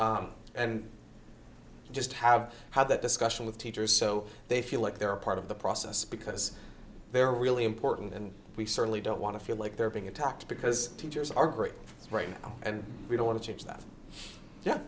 and just have had that discussion with teachers so they feel like they're a part of the process because they're really important and we certainly don't want to feel like they're being attacked because teachers are great right now and we don't want to change th